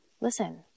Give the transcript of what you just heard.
Listen